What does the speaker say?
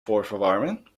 voorverwarmen